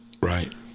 Right